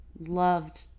loved